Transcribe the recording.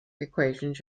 equations